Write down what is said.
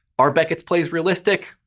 are beckett's plays realistic?